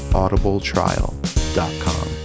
audibletrial.com